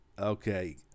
okay